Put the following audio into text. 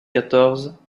quatorze